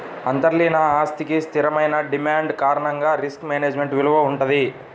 అంతర్లీన ఆస్తికి స్థిరమైన డిమాండ్ కారణంగా రిస్క్ మేనేజ్మెంట్ విలువ వుంటది